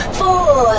four